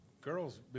girls